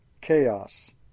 chaos